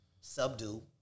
subdue